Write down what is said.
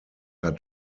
hat